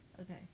okay